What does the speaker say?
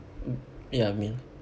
ya a meal